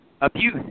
abuse